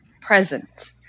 present